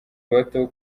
bato